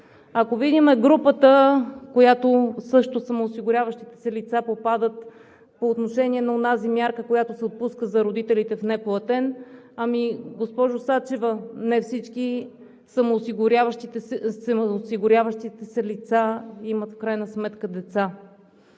Ако видим групата, в която също попадат самоосигуряващите се лица по отношение на онази мярка, която се отпуска за родителите в неплатен отпуск, госпожо Сачева, не всички самоосигуряващи се лица имат в крайна сметка деца.